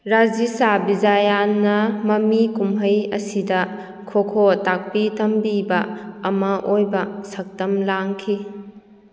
ꯔꯥꯖꯤꯁꯥ ꯕꯤꯖꯥꯌꯥꯟꯅ ꯃꯃꯤ ꯀꯨꯝꯍꯩ ꯑꯁꯤꯗ ꯈꯣ ꯈꯣ ꯇꯥꯛꯄꯤ ꯇꯝꯕꯤꯕ ꯑꯃ ꯑꯣꯏꯕ ꯁꯛꯇꯝ ꯂꯥꯡꯈꯤ